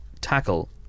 tackle